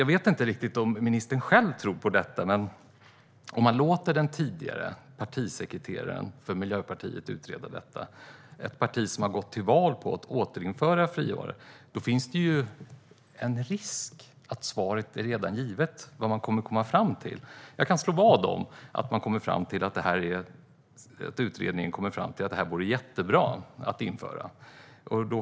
Jag vet inte om ministern själv tror på detta, men om man låter den tidigare partisekreteraren för Miljöpartiet - ett parti som har gått till val på att återinföra friåret - utreda frågan finns det ju en risk att det redan är givet vilket svar utredningen kommer att komma fram till. Jag kan slå vad om att den kommer fram till att det vore jättebra att införa detta.